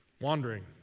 wandering